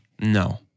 No